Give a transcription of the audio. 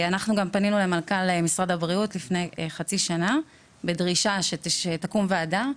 פנינו למנכ"ל משרד הבריאות לפני חצי שנה בדרישה שתקום ועדה,